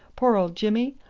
poor old jimmy?